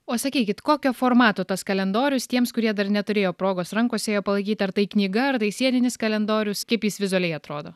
o sakykit kokio formato tas kalendorius tiems kurie dar neturėjo progos rankose jo palaikyti ar tai knyga ar tai sieninis kalendorius kaip jis vizualiai atrodo